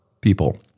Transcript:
people